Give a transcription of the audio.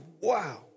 Wow